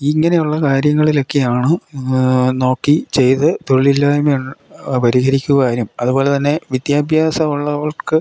ഇങ്ങനെയുള്ള കാര്യങ്ങളിലൊക്കെയാണ് നോക്കി ചെയ്ത് തൊഴില്ലായ്മ പരിഹരിക്കുവാനും അതുപോലെത്തന്നെ വിദ്യാഭ്യാസം ഉള്ളവർക്ക്